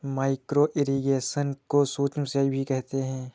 micro irrigation को सूक्ष्म सिंचाई भी कहते हैं